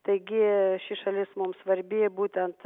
taigi ši šalis mums svarbi būtent